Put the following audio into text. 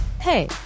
Hey